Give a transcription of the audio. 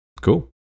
Cool